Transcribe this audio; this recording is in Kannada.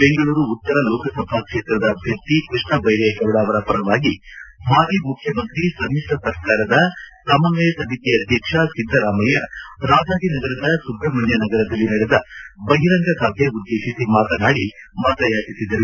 ಬೆಂಗಳೂರು ಉತ್ತರ ಲೋಕಸಭಾ ಕ್ಷೇತ್ರದ ಅಭ್ಯರ್ಥಿ ಕೃಷ್ಣ ಬೈರೇಗೌಡ ಅವರ ಪರವಾಗಿ ಮಾಜಿ ಮುಖ್ಯಮಂತ್ರಿ ಸಮಿತ್ರ ಸರ್ಕಾರದ ಸಮನ್ವಯ ಸಮಿತಿ ಅಧ್ಯಕ್ಷ ಸಿದ್ದರಾಮಯ್ಯ ರಾಜಾಜಿನಗರದ ಸುಬ್ರಷ್ಮಣ್ಯ ನಗರದಲ್ಲಿ ನಡೆದ ಬಹಿರಂಗ ಸಭೆ ಉದ್ದೇಶಿಸಿ ಮಾತನಾಡಿ ಮತಯಾಚಿಸಿದರು